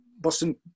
Boston